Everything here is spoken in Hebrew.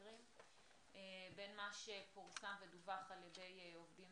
בין מה שפורסם ודווח על-ידי עובדים